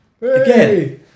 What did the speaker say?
Again